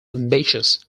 ambitious